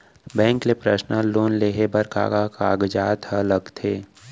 Bank ले personal loan लेये बर का का कागजात ह लगथे?